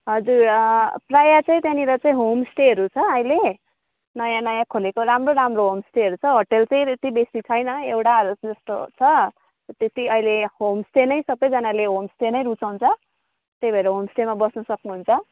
हजुर प्रायः त्यानिर चाहिँ होमस्टेहरू छ अहिले नयाँ नयाँ खोलेको राम्रो राम्रो होमस्टेहरू छ होटेल चाहिँ त्यति बेसी छैन एउटाहरू जस्तो छ त्यही अहिले होमस्टे नै सजना होमस्टे नै रुचाउँछ त्यही भर होमस्टेमा बस्न सक्नुहुन्छ